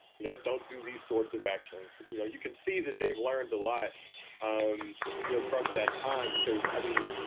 you know, don't do these sorts of actions. you know, you can see that they've learned a lot um you know from that time because, i mean,